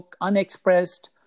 unexpressed